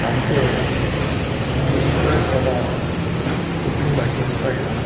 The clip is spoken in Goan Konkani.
आमचेर इंग्लिशीचोय प्रभाव कोंकणी भाशेन पडला